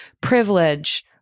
privilege